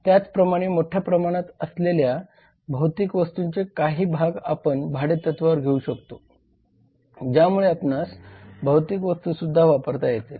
त्याचप्रमाणे मोठ्याप्रमाणात असलेल्या भौतिक वस्तूंचे काही भाग आपण भाडे तत्वावर घेऊ शकतो ज्यामुळे आपणास भौतिक वस्तूसुद्धा वापरता येतील